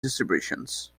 distributions